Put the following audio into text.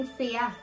fear